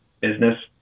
business